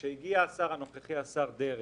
כשהגיע השר הנוכחי, השר דרעי,